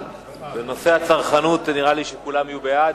בנושא הצרכנות נראה לי שכולם יהיו בעד.